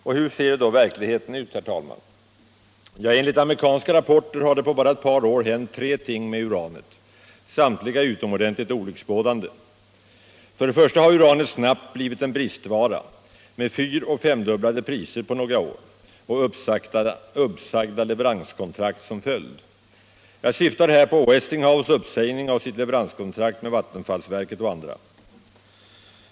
Och hur ser nu verkligheten ut? Ja, enligt amerikanska rapporter har det på bara ett par år hänt tre ting med uranet, samtliga utomordentligt olycksbådande. För det första har uranet snabbt blivit en bristvara, med fyroch femdubblade priser på några år och uppsagda leveranskontrakt som följd. Jag syftar här på Westinghouse uppsägning av sitt leveranskontrakt med vattenfallsverket och andra.